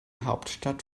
hauptstadt